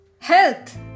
Health